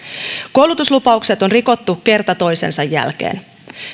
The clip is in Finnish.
koulutuslupaukset on rikottu kerta toisensa jälkeen sen